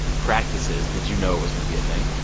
practices did you know it was going to be a thing?